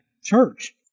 church